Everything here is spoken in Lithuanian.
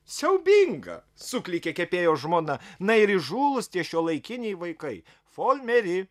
siaubinga suklykė kepėjo žmona na ir įžūlūs tie šiuolaikiniai vaikai folmeri